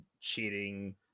cheating